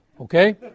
Okay